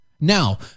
Now